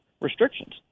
restrictions